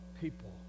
people